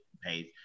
pays